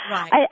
Right